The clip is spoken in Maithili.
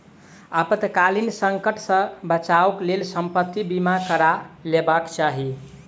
आपातकालीन संकट सॅ बचावक लेल संपत्ति बीमा करा लेबाक चाही